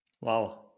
wow